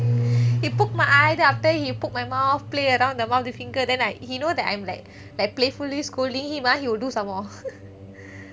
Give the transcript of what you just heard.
he poke my eye then after that he poke my mouth play around the mouth the finger then I he know that I'm like like playfully scolding him ah he will do some more